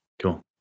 Cool